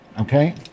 okay